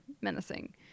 menacing